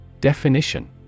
Definition